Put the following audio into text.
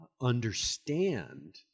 understand